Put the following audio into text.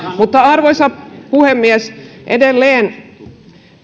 arvoisa puhemies edelleen